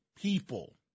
people